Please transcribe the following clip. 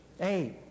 Eight